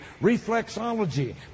Reflexology